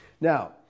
Now